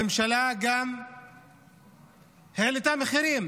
הממשלה העלתה מחירים